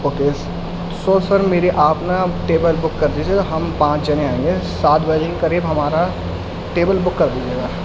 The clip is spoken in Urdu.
اوکے سو سر میری آپ نا ٹیبل بک کر دیجیے ہم پانچ جنے آئیں گے سات بجے کے قریب ہمارا ٹیبل بک کر دیجیے گا